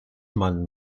man